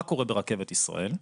מה קורה ברכבת ישראל?